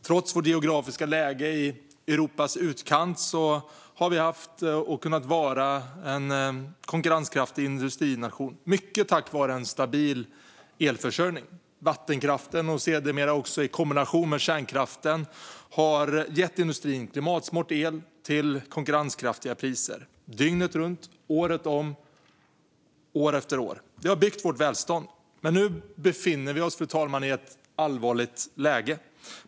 Trots vårt geografiska läge i Europas utkant har vi kunnat vara en konkurrenskraftig industrination, mycket tack vare en stabil elförsörjning. Vattenkraften, sedermera i kombination med kärnkraften, har gett industrin klimatsmart el till konkurrenskraftiga priser - dygnet runt, året om, år efter år. Det har byggt vårt välstånd. Nu befinner vi oss dock, fru talman, i ett allvarligt läge.